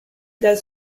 dal